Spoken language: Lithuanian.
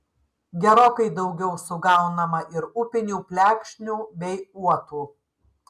gerokai daugiau sugaunama ir upinių plekšnių bei uotų